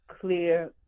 clear